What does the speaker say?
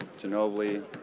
Ginobili